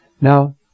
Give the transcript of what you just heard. Now